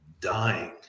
dying